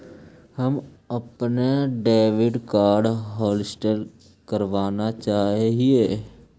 हम अपन debit card hotlist करावाना चाहा हियई